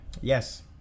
Yes